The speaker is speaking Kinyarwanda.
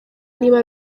niba